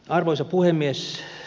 arvoisa puhemies